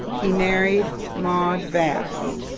he married maude vass,